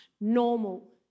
normal